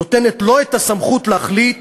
נותנת לו את הסמכות להחליט